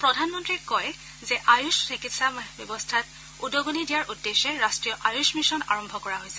প্ৰধানমন্ত্ৰীয়ে কয় যে আয়ুষ চিকিৎসা ব্যৱস্থাত উদগণি দিয়াৰ উদ্দেশ্যে ৰাষ্ট্ৰীয় আয়ুষ মিছন আৰম্ভ কৰা হৈছে